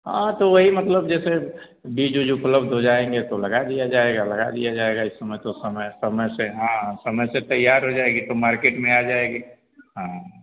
हाँ तो वही मतलब जैसे बीज उज उपलब्ध हो जाएँगे तो लगा दिया जाएगा लगा दिया जाएगा इस समय तो समय से हाँ समय से तैयार हो जाएगी तो मार्केट में आ जाएगी हाँ